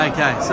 Okay